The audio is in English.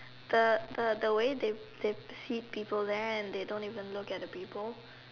the the the way they they see people there and they don't even look at the people